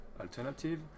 alternative